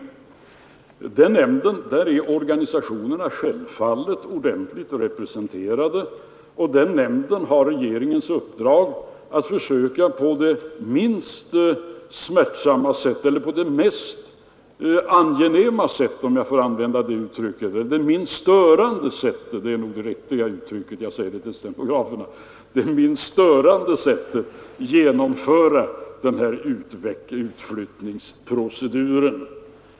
I den nämnden är organisationerna självfallet ordentligt representerade, och nämnden har regeringens uppdrag att försöka på det minst störande sättet genomföra utflyttningsproceduren.